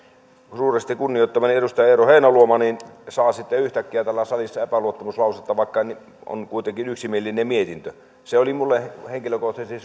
kun suuresti kunnioittamani edustaja eero heinäluoma saa sitten yhtäkkiä täällä salissa epäluottamuslausetta vaikka on kuitenkin yksimielinen mietintö se oli minulle henkilökohtaisesti